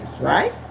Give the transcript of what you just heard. right